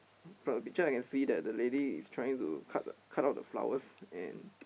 from the picture I can see that the lady is trying to cut cut out the flowers and